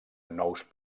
nous